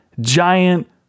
giant